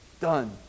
Done